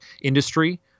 industry